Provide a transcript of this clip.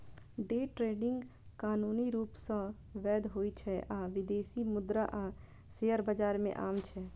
day trading कानूनी रूप सं वैध होइ छै आ विदेशी मुद्रा आ शेयर बाजार मे आम छै